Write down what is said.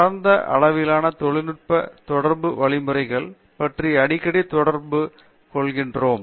பரந்த அளவிலான தொழில்நுட்ப தொடர்பு வழிமுறைகள் பற்றி அடிக்கடி தொடர்பு கொள்கிறோம்